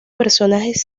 personajes